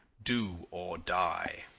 do or die